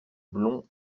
blonds